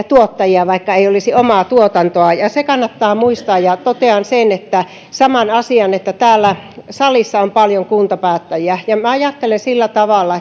tuottajia vaikka ei olisi omaa tuotantoa ja ja se kannattaa muistaa ja totean sen saman asian että täällä salissa on paljon kuntapäättäjiä ja minä ajattelen sillä tavalla